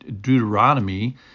Deuteronomy